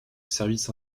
services